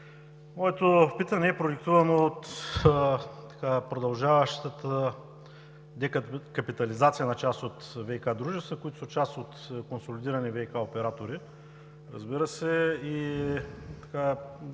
моето питане е продиктувано от продължаващата декапитализация на част от ВиК дружествата, които са част от консолидирани ВиК оператори. Разбира се,